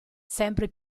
sempre